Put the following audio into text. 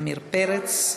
עמיר פרץ,